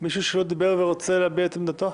מי שלא דיבר ורוצה להביע את עמדתו?